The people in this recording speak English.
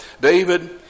David